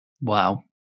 Wow